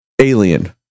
Alien